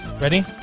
Ready